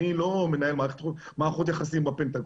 אני לא מנהל מערכות יחסים עם הפנטגון.